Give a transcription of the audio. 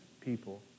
people